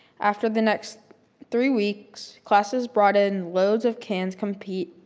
after the next three weeks, classes brought in loads of cans compete,